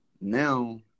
Now